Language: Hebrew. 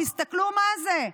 תסתכלו מה זה,